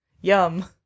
Yum